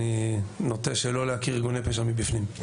אני נוטה שלא להכיר ארגוני פשע מבפנים.